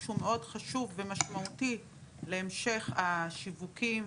שהוא מאוד חשוב ומשמעותי להמשך השיווקים,